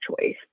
choice